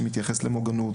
שמתייחס למוגנות,